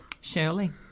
Shirley